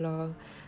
mm